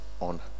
on